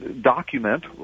document